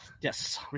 Yes